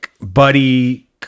buddy